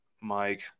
Mike